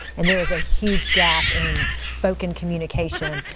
and there's a huge gap in spoken communication